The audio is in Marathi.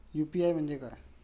यु.पी.आय म्हणजे काय?